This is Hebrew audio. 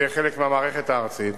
זה יהיה חלק מהמערכת הארצית,